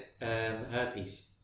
herpes